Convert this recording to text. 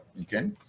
okay